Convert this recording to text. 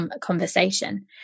conversation